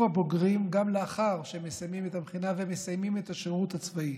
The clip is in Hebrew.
הבוגרים גם לאחר שהם מסיימים את המכינה ואת השירות הצבאי,